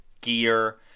gear